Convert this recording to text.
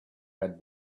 had